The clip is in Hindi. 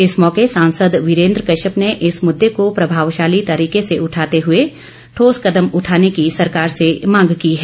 इस मौके सांसाद वीरेंद्र कश्यप ने इस मुददे का प्रभावशाली तरीके से उठाते हए ठोस कदम उठाने की सरकार से मांग की है